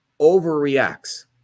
overreacts